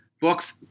books